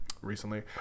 recently